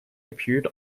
appeared